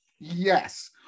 yes